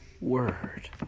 Word